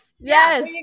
Yes